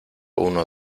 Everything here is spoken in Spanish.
uno